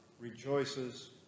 rejoices